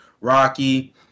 Rocky